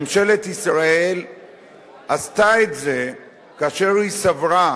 ממשלת ישראל עשתה את זה כאשר היא סברה